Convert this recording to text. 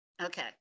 Okay